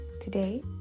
Today